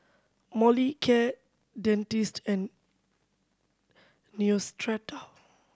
Molicare Dentiste and Neostrata